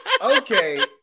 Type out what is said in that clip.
Okay